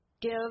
give